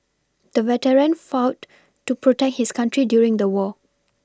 the veteran fought to protect his country during the war